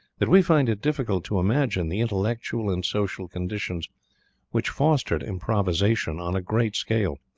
that we find it difficult to imagine the intellectual and social conditions which fostered improvisation on a great scale,